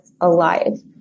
alive